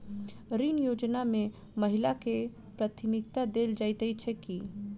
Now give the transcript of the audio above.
ऋण योजना मे महिलाकेँ प्राथमिकता देल जाइत छैक की?